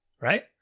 Right